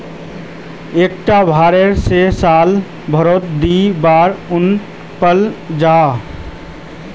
एक भेर से साल भारोत दी बार उन पाल जाहा